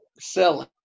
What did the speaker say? selling